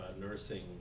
nursing